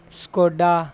Skoda